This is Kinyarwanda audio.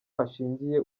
hashingiye